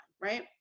right